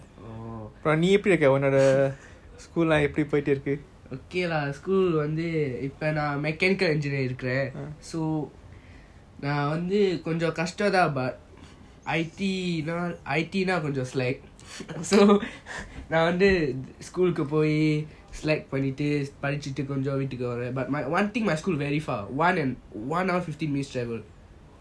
okay lah school வந்து இப்போ நான்:vanthu ipo naan mechanical engineering எடுக்குறான்:yeadukuran so நான் வந்து கொஞ்சம் கஷ்டம் தான்:naan vanthu konjam kastam thaan but I_T I_T just like so கொஞ்சம் நான் வந்து:konjam naan vanthu school கு பொய்:ku poi slack பங்கிட்டு படிச்சிட்டு கொஞ்சம் வீட்டுக்கு வருவான்:panitu padichitu konjam veetuku varuvan but one thing my school very far one and one hour fifty minutes travel